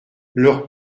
leur